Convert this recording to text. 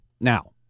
Now